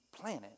planet